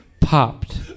popped